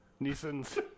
Neeson's